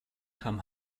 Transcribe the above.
kam